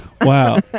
Wow